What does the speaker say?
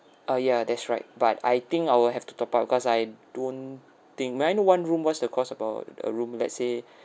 uh yeah that's right but I think I will have to top up because I don't think may I know one room what's the cost about a room let's say